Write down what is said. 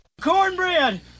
cornbread